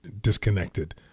disconnected